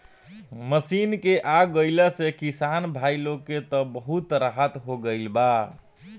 machine के आ गईला से किसान भाई लोग के त बहुत राहत हो गईल बा